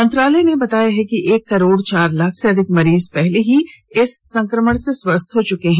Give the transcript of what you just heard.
मंत्रालय ने बताया कि एक करोड चार लाख से अधिक मरीज पहले ही इस संक्रमण से स्वस्थ हो चुके हैं